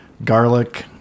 garlic